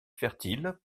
fertiles